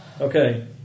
Okay